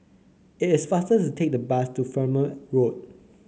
it is faster to take the bus to Fernvale Road